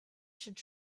should